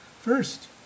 first